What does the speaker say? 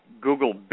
Google